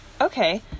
Okay